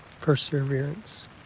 perseverance